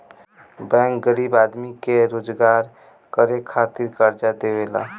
bank गरीब आदमी के रोजगार करे खातिर कर्जा देवेला